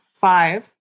five